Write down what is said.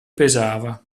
pesava